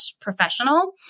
professional